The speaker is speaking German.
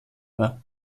war